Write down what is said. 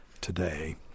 today